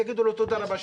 יגידו לו תודה רבה,